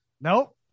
Nope